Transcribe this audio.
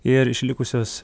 ir išlikusios